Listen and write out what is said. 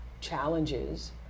challenges